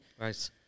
right